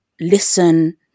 listen